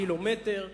קילומטר,